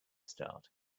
start